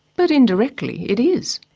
but indirectly, it is.